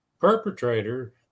perpetrator